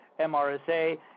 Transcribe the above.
MRSA